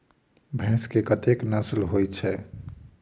भैंस केँ कतेक नस्ल होइ छै?